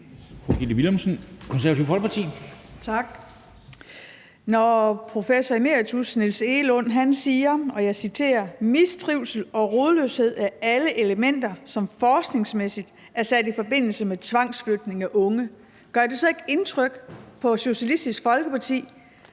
Tak. Professor emeritus Niels Egelund siger, og jeg citerer: »Mistrivsel og rodløshed er alle elementer, som forskningsmæssigt er sat i forbindelse med tvangsflytning af unge.« Gør det så ikke indtryk på Socialistisk Folkeparti,